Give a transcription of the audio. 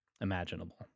imaginable